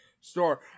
store